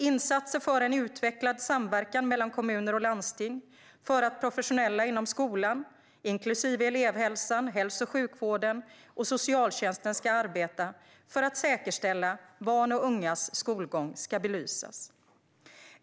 Insatser för en utvecklad samverkan mellan kommuner och landsting för att professionella inom skolan, inklusive elevhälsan, hälso och sjukvården och socialtjänsten, ska arbeta för att säkerställa barns och ungas skolgång ska belysas.